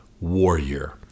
warrior